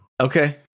Okay